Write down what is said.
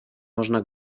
można